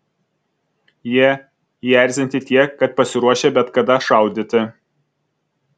jie įerzinti tiek kad pasiruošę bet kada šaudyti